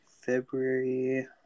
February –